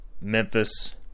Memphis